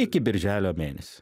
iki birželio mėnesio